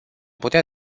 putea